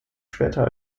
später